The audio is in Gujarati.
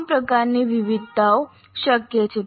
તમામ પ્રકારની વિવિધતાઓ શક્ય છે